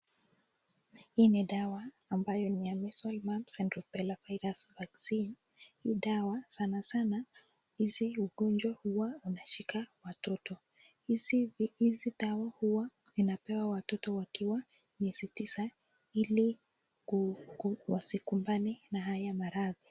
Hii ni dawa ambayo niya measles, mumps and rubella virus vaccine . Hii dawa sana sana hizi ugonjwa huwa inashika watoto. Hizi dawa hua zinapewa watoto wakiwa miezi tisa ili wasikumbane na haya maradhi.